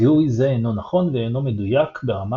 זיהוי זה אינו נכון ואינו מדויק ברמה